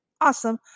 awesome